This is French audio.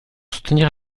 soutenir